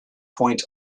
point